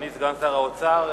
לאדוני סגן שר האוצר.